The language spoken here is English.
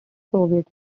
soviet